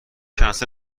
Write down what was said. کنسل